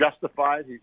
justified